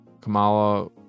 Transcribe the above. Kamala